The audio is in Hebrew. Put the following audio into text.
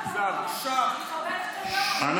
עם